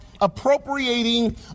appropriating